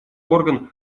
орган